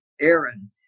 Aaron